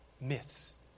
myths